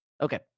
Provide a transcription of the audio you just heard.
Okay